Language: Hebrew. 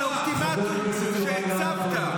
של האולטימטום שהצבת?